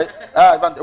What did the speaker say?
הבנתי.